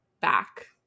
back